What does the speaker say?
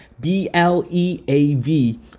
b-l-e-a-v